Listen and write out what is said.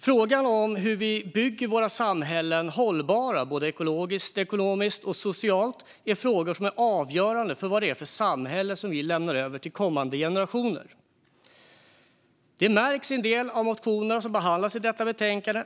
Frågan hur vi bygger våra samhällen hållbara, ekologiskt, ekonomiskt och socialt, är frågor som är avgörande för vilket slags samhälle vi lämnar över till kommande generationer. Det märks i en del av motionerna som behandlas i detta betänkande.